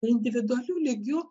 individualiu lygiu